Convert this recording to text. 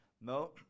No